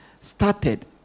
started